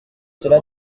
cela